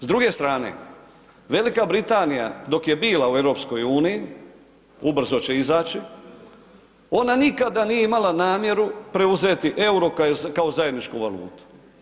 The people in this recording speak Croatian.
S druge strane, Velika Britanija, dok je bila u EU, ubrzo će izaći, ona nikada nije imala namjeru preuzeti euro kao zajedničku valutu.